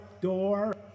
door